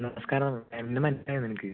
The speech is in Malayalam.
നമസ്കാരം എന്നെ മനസ്സിലായോ നിനക്ക്